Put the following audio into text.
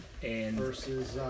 versus